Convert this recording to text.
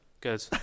Good